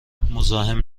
مزاحم